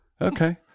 Okay